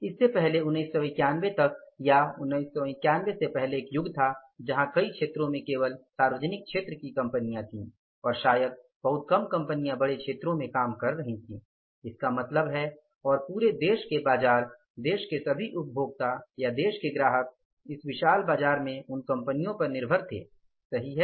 इससे पहले 1991 तक या 1991 से पहले एक युग था जहाँ कई क्षेत्रों में केवल सार्वजनिक क्षेत्र की कंपनियाँ थीं और शायद बहुत कम कंपनियां बड़े क्षेत्रों में काम कर रही थी इसका मतलब है और पूरे देश के बाजार देश के सभी उपभोक्ता या देश के ग्राहक इस विशाल बाजार में उन कंपनियों पर निर्भर थे सही है